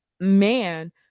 man